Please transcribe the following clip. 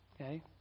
okay